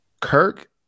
Kirk